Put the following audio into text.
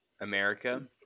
America